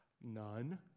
None